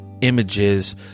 images